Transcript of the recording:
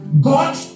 God